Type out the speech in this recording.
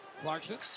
Clarkson